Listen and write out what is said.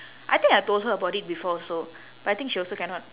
I think I told her about it before also but I think she also cannot